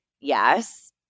Yes